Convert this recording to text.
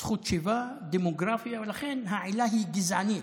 זכות שיבה, דמוגרפיה, ולכן העילה היא גזענית.